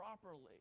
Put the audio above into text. properly